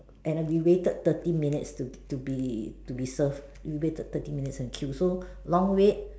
and uh we waited thirty minutes to to be to be served we waited thirty minutes in queue so long wait